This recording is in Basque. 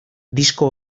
disko